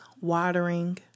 watering